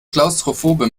klaustrophobe